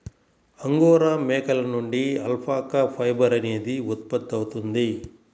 angora మేకల నుండి alpaca fibre అనేది ఉత్పత్తవుతుంది